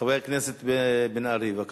חבר הכנסת מיכאל בן-ארי, בבקשה.